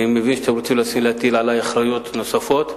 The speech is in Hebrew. ואני מבין שאתם רוצים להטיל עלי אחריות נוספת.